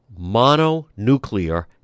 mononuclear